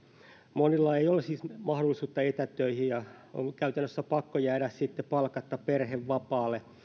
monilla ei ole siis mahdollisuutta etätöihin ja on käytännössä pakko jäädä sitten palkatta perhevapaalle